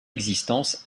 existence